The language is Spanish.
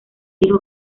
dijo